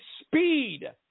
speed